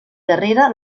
darrere